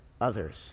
others